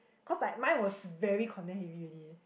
cause like mine was very content heavy already